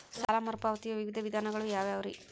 ಸಾಲ ಮರುಪಾವತಿಯ ವಿವಿಧ ವಿಧಾನಗಳು ಯಾವ್ಯಾವುರಿ?